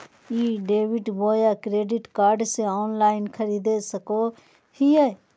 ई debit बोया credit card से online खरीद सको हिए?